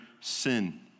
sin